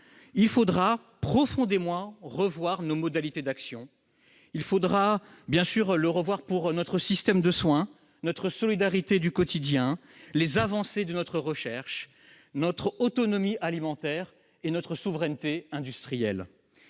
il faudra profondément revoir nos modalités d'action. Cela vaut, bien sûr, pour notre système de soins, notre solidarité du quotidien, les avancées de notre recherche, notre autonomie alimentaire et notre souveraineté industrielle.